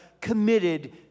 committed